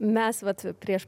mes vat prieš